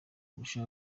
kurusha